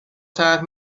طرح